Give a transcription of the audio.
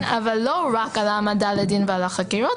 אבל לא רק על העמדה לדין ועל החקירות,